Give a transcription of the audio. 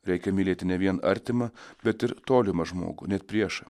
reikia mylėti ne vien artimą bet ir tolimą žmogų net priešą